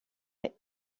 elle